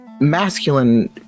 Masculine